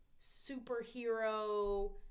superhero